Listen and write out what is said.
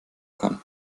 kann